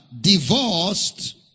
divorced